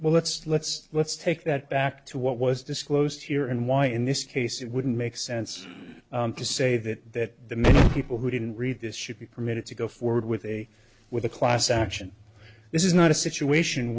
well let's let's let's take that back to what was disclosed here and why in this case it wouldn't make sense to say that the many people who didn't read this should be permitted to go forward with a with a class action this is not a situation